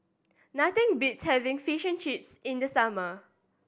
nothing beats having Fish and Chips in the summer